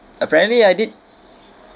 apparently I did